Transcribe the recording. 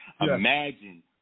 Imagine